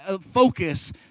focus